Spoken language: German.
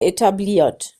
etabliert